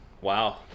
Wow